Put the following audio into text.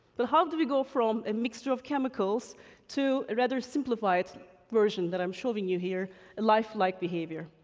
but how do we go from a mixture of chemicals to a rather simplified version that i'm showing you here, a life-like behavior?